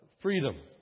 freedom